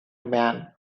man